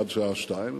עד השעה 14:00,